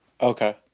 Okay